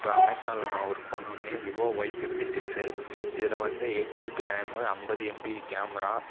இப்போ அமேசானில் நான் ஒரு ஃபோன் வாங்கினேன் விவோ வொய் ஃபிஃப்டி சிக்ஸு இதில் வந்து எயிட் ஜிபி ரேம்மு ஐம்பது எம்பி கேமரா